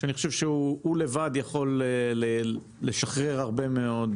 שאני חשוב שהוא לבד יכול לשחרר הרבה מאוד